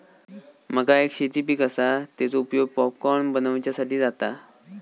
मका एक शेती पीक आसा, तेचो उपयोग पॉपकॉर्न बनवच्यासाठी जाता